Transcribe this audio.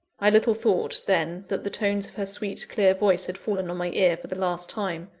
i little thought, then, that the tones of her sweet, clear voice had fallen on my ear for the last time,